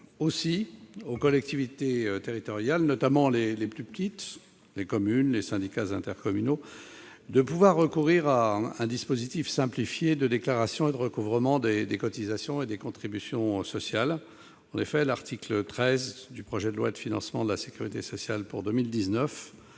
aux collectivités territoriales, notamment aux plus petites d'entre elles- communes, syndicats intercommunaux -de recourir à un dispositif simplifié de déclaration et de recouvrement des cotisations et des contributions sociales. L'article 13 du projet de loi de financement de la sécurité sociale pour 2019